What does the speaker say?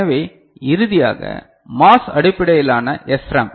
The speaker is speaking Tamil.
எனவே இறுதியாக MOS அடிப்படையிலான SRAM